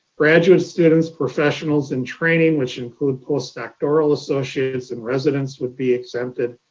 graduate students, professionals in training, which include postdoctoral associates and residents would be exempted,